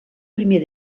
primer